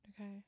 Okay